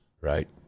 right